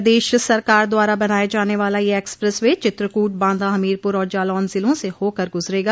प्रदेश सरकार द्वारा बनाये जाने वाला यह एक्सप्रेस वे चित्रकूट बांदा हमीरपुर और जालौन ज़िलों से होकर गुजरेगा